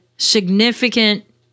significant